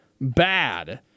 bad